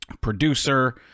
producer